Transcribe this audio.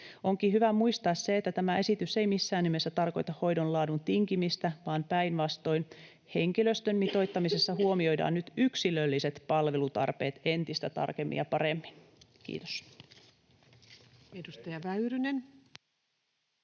Onkin hyvä muistaa se, että tämä esitys ei missään nimessä tarkoita hoidon laadusta tinkimistä vaan päinvastoin: henkilöstön mitoittamisessa huomioidaan nyt yksilölliset palvelutarpeet entistä tarkemmin ja paremmin. — Kiitos. [Speech